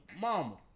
mama